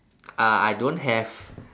uh I don't have